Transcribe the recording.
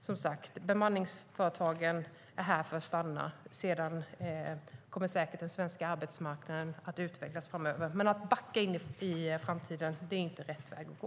Som sagt, bemanningsföretagen är här för att stanna. Sedan kommer säkert den svenska arbetsmarknaden att utvecklas framöver, men att backa in i framtiden är inte rätt väg att gå.